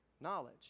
Knowledge